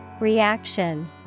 Reaction